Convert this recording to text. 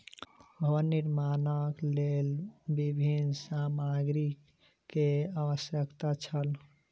भवन निर्माणक लेल विभिन्न सामग्री के आवश्यकता छल